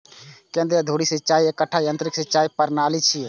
केंद्रीय धुरी सिंचाइ एकटा यंत्रीकृत सिंचाइ प्रणाली छियै